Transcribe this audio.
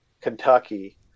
Kentucky